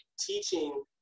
teaching